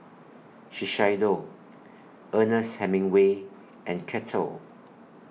Shiseido Ernest Hemingway and Kettle